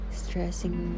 stressing